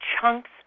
chunks